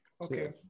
okay